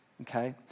Okay